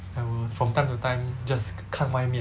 I will from time to time just 看外面